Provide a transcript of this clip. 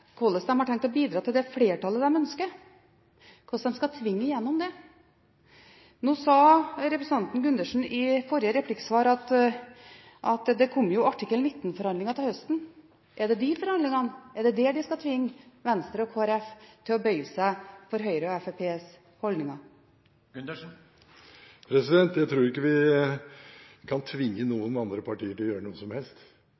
hvordan de har tenkt å bidra til det flertallet de ønsker, hvordan de skal tvinge gjennom det. Nå sa representanten Gundersen i forrige replikksvar at det kommer artikkel 19-forhandlinger til høsten. Er det i de forhandlingene de skal tvinge Venstre og Kristelig Folkeparti til å bøye seg for Høyres og Fremskrittspartiets holdninger? Jeg tror ikke vi kan tvinge